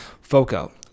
FOCO